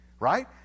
Right